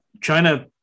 China